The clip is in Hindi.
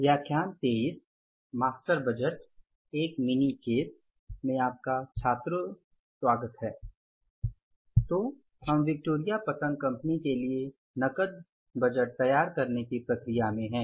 आपका स्वागत है छात्रों तो हम विक्टोरिया पतंग कंपनी के लिए नकद बजटेड तैयार करने की प्रक्रिया में हैं